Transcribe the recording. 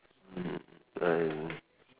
mm I